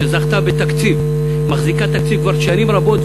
שזכתה בתקציב מחזיקה תקציב כבר שנים רבות,